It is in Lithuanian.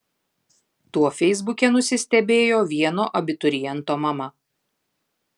tuo feisbuke nusistebėjo vieno abituriento mama